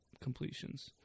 completions